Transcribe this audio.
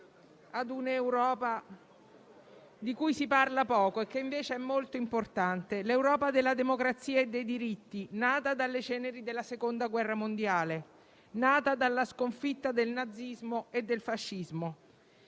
ad un'Europa di cui si parla poco e che invece è molto importante: l'Europa della democrazia e dei diritti, nata dalle ceneri della seconda guerra mondiale e dalla sconfitta del nazismo e del fascismo.